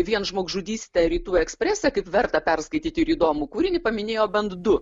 vien žmogžudystę rytų eksprese kaip verta perskaityti ir įdomų kūrinį paminėjo bent du